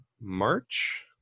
March